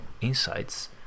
insights